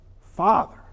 Father